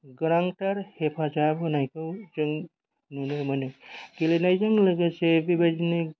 गोनांथार हेफाजाब होनायखौ जों नुनो मोनो गेलेनायजों लोगोसे बेबायदिनो